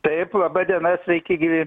taip laba diena sveiki gyvi